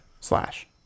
Slash